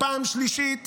פעם שלישית